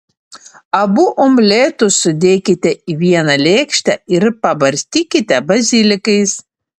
abu omletus sudėkite į vieną lėkštę ir pabarstykite bazilikais